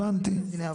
הבנתי.